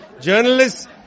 Journalists